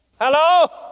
Hello